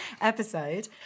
episode